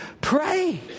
pray